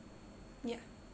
ya